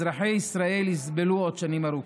אזרחי ישראל יסבלו עוד שנים ארוכות.